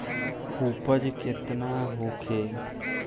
उपज केतना होखे?